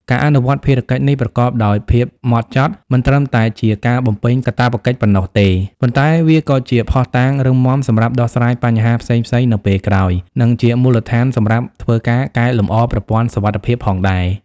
ការអនុវត្តភារកិច្ចនេះប្រកបដោយភាពម៉ត់ចត់ មិនត្រឹមតែជាការបំពេញកាតព្វកិច្ចប៉ុណ្ណោះទេ ប៉ុន្តែវាក៏ជាភស្តុតាងរឹងមាំសម្រាប់ដោះស្រាយបញ្ហាផ្សេងៗនៅពេលក្រោយ និងជាមូលដ្ឋានសម្រាប់ធ្វើការកែលម្អប្រព័ន្ធសុវត្ថិភាពផងដែរ។